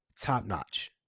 top-notch